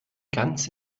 ganz